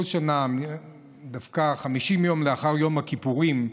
כל שנה, דווקא 50 יום לאחר יום הכיפורים,